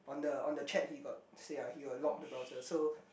on the on the chat he got say ah he got lock the browser so